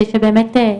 כדי שבאמת,